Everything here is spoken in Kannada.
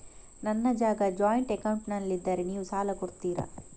ನನ್ನ ಜಾಗ ಜಾಯಿಂಟ್ ಅಕೌಂಟ್ನಲ್ಲಿದ್ದರೆ ನೀವು ಸಾಲ ಕೊಡ್ತೀರಾ?